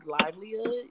livelihood